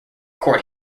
court